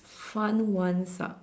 fun ones ah